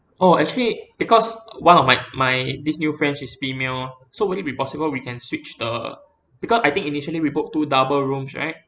oh actually because one of my my this new friend she's female so would it be possible we can switch the because I think initially we booked two double rooms right